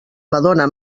madona